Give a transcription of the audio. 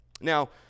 Now